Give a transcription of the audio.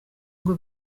ngo